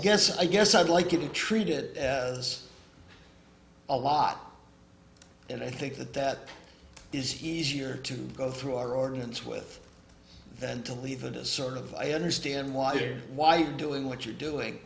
guess i guess i'd like to be treated as a lot and i think that that is easier to go through our ordinance with than to leave the sort of i understand why you're why you're doing what you're doing